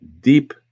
deep